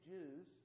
Jews